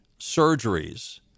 surgeries